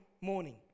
morning